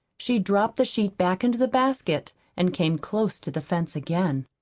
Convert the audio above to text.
she dropped the sheet back into the basket and came close to the fence again.